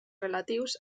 relatius